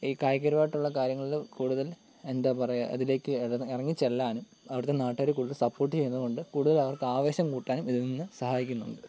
ഈ കായിക പരമായിട്ടുള്ള കാര്യങ്ങളില് കൂടുതല് എന്താ പറയുക അതിലേക്ക് ഇറങ്ങിച്ചെല്ലാനും അവിടുത്തെ നാട്ടുകാര് കൂടുതൽ സപ്പോർട്ട് ചെയ്യുന്നത് കൊണ്ട് കൂടുതലവർക്ക് ആവേശം കൂട്ടാനും ഇതിൽനിന്ന് സഹായിക്കുന്നുണ്ട്